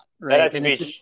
Right